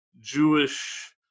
Jewish